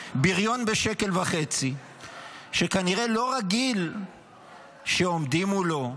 בריון בשקל וחצי שכנראה לא רגיל שעומדים מולו,